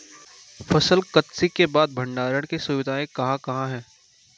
फसल कत्सी के बाद भंडारण की सुविधाएं कहाँ कहाँ हैं?